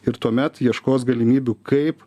ir tuomet ieškos galimybių kaip